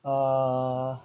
err